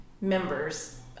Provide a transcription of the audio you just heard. members